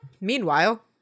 Meanwhile